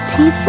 Tea